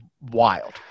wild